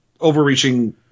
overreaching